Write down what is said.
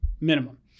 Minimum